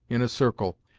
in a circle,